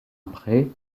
après